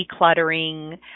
decluttering